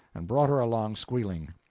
and brought her along squealing.